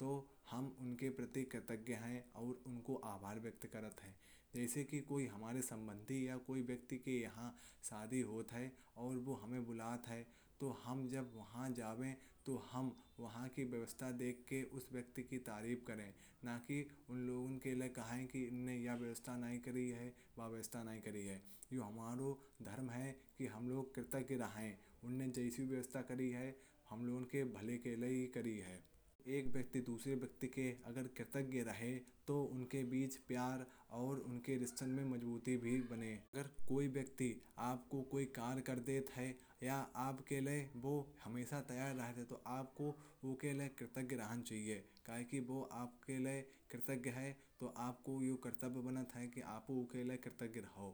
तो हम उनके प्रति कृतज्ञ हैं और उन्हें आभार व्यक्त करते हैं। जैसे कि कोई हमारे संबंधी या कोई व्यक्ति के यहाँ शादी होती है और वो हमें बुलाते हैं। तो जब हम वहाँ जाते हैं तो हम वहाँ की व्यवस्था देखकर उस व्यक्ति की तारीफ करते हैं। न कि उन लोगों के लिए कहते हैं कि उन्होंने यह व्यवस्था नहीं की है। हमारा धर्म है कि हम लोग कृतज्ञ रहें। क्योंकि उन्होंने जो व्यवस्था की है वो हमारे भले के लिए ही की है। अगर एक व्यक्ति दूसरे व्यक्ति के लिए कृतज्ञ रहे। तो उनके बीच प्यार और उनके रिश्ते में मज़बूती भी बनती है। अगर कोई व्यक्ति आपको कोई कार्य कर देता है या आपके लिए वो हमेशा तैयार रहता है। तो आपको उनके लिए कृतज्ञ रहना चाहिए। क्या है कि वो आपके लिए कृतज्ञ हैं। तो आपको यह कर्तव्य बनाता है कि आप उनके लिए कृतज्ञ रहें।